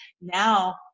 now